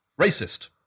Racist